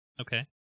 okay